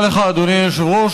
תודה לך, אדוני היושב-ראש.